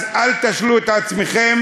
אז אל תשלו את עצמכם.